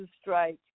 strike